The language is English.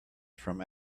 from